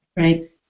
Right